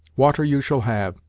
water you shall have,